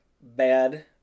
bad